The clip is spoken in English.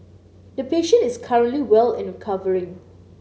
the patient is currently well and recovering